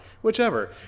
whichever